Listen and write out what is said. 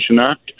Act